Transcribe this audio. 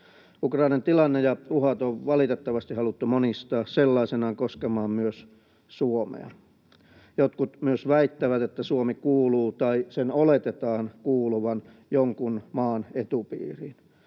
Ukrainan tilanne ja uhat on valitettavasti haluttu monistaa sellaisinaan koskemaan myös Suomea. Jotkut myös väittävät, että Suomi kuuluu tai sen oletetaan kuuluvan jonkun maan etupiiriin.